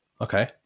Okay